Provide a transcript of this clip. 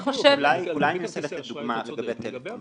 אנחנו